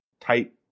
type